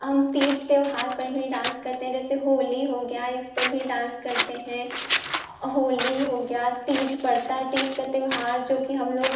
हम तीज त्यौहार पर भी डांस करते हैं जैसे होली हो गया इस पर भी डांस करते हैं होली हो गया तीज पड़ता है तीज का त्यौहार जो कि हम लोग